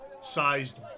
sized